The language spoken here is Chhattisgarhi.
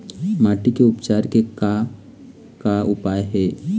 माटी के उपचार के का का उपाय हे?